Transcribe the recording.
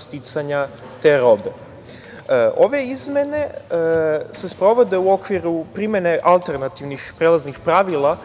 sticanja te robe. Ove izmene se sprovode u okviru primene alternativnih prelaznih pravila